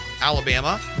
Alabama